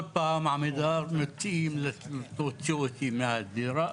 כל פעם עמידר מתים להוציא אותי מהדירה.